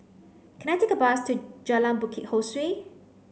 can I take a bus to Jalan Bukit Ho Swee